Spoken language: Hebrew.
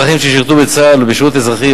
אזרחים ששירתו בצה"ל או בשירות אזרחי,